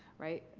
right,